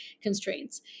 constraints